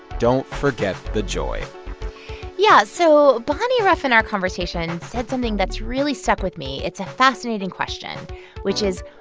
don't forget the joy yeah. so bonnie rough, in our conversation, said something that's really stuck with me it's a fascinating question which is,